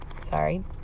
sorry